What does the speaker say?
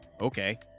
Okay